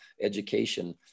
education